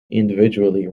individually